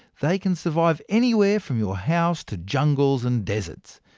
they can survive anywhere from your house to jungles and deserts.